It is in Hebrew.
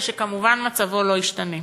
ושכמובן מצבו לא ישתנה.